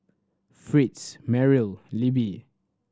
Fritz Merrily Libby